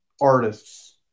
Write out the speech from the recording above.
artists